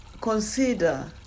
consider